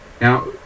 Now